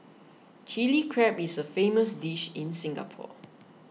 Chilli Crab is a famous dish in Singapore